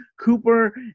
Cooper